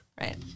Right